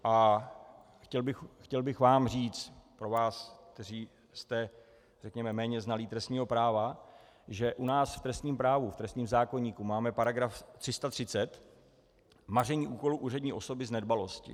A chtěl bych vám říct, pro vás, kteří jste řekněme méně znalí trestního práva, že u nás v trestním právu, v trestním zákoníku máme § 330 Maření úkolu úřední osoby z nedbalosti.